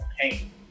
pain